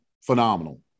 phenomenal